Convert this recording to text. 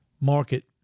market